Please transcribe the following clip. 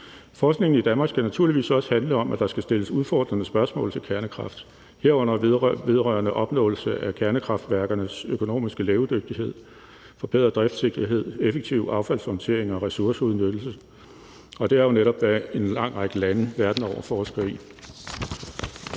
Forskningen i Danmark skal naturligvis også handle om, at der skal stilles udfordrende spørgsmål til kernekraft, herunder vedrørende opnåelse af kernekraftværkernes økonomiske levedygtighed, forbedret driftssikkerhed, effektiv affaldshåndtering og ressourceudnyttelse, og det er jo netop, hvad en lang række lande verden over forsker i.